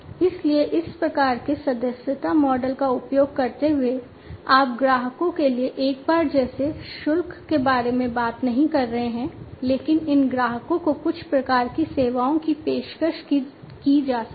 इसलिए इस प्रकार के सदस्यता मॉडल का उपयोग करते हुए आप ग्राहकों के लिए एक बार जैसे शुल्क के बारे में बात नहीं कर रहे हैं लेकिन इन ग्राहकों को कुछ प्रकार की सेवाओं की पेशकश की जा सकती है